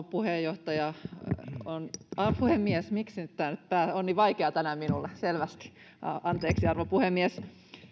puheenjohtaja puhemies tämä on nyt niin vaikeaa tänään minulle selvästi anteeksi arvon puhemies